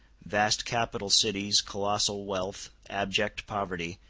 vast capital cities, colossal wealth, abject poverty,